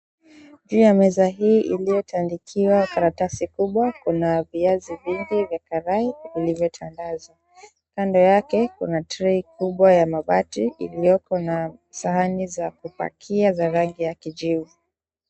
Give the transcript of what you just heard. Juu ya meza hii iliyotandikiwa karatasi kubwa kuna viazi vingi vya karai vilivyotandazwa. Kando yake kuna tray kubwa ya mabati iliyoko na sahani za kupakia za rangi ya kijivu.